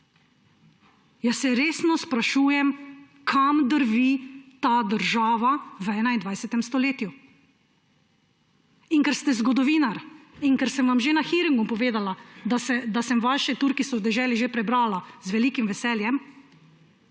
Jaz se resno sprašujem, kam drvi ta država v 21. stoletju. Ker ste zgodovinar in ker sem vam že na hearingu povedala, da sem vaše, Turki so v deželi, že prebrala, z velikim veseljem,